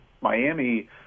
Miami